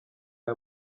aya